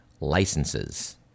licenses